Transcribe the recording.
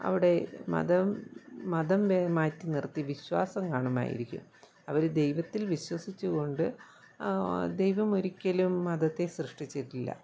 അവിടെ മതം മതം മാറ്റി നിർത്തി വിശ്വാസം കാണുമായിരിക്കും അവർ ദൈവത്തിൽ വിശ്വസിച്ചുകൊണ്ട് ദൈവം ഒരിക്കലും മതത്തെ സൃഷ്ടിച്ചിട്ടില്ല